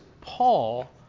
Paul